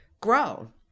grow